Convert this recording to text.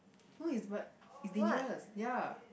so it's what it's dangerous ya